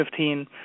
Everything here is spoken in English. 2015